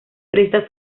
presta